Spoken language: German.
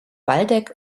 waldeck